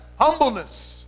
Humbleness